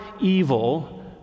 evil